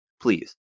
please